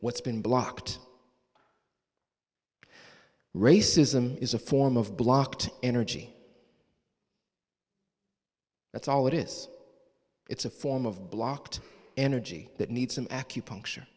what's been blocked racism is a form of blocked energy that's all it is it's a form of blocked energy that needs some acupuncture